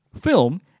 film